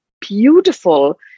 beautiful